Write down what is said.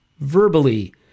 verbally